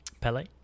Pele